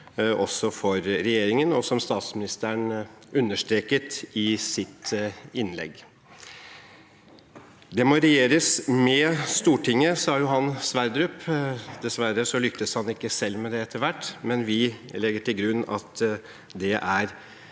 grunn for regjeringen, og som statsministeren understreket i sitt innlegg. «(…) der maa regjeres med Storthinget», sa Johan Sverdrup. Dessverre lyktes han ikke selv med det etter hvert, men vi legger til grunn at det er